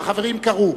והחברים קראו,